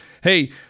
Hey